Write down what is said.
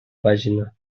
pàgina